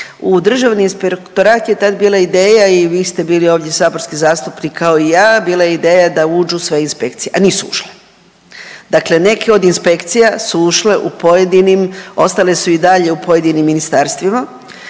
U državni inspektorat je tad bila ideja i vi ste bili ovdje saborski zastupnik kao i ja, bila je ideja da uđu sve inspekcije, a nisu ušle. Dakle, neke od inspekcija su ušle u pojedinim, ostale su i dalje u pojedinim ministarstvima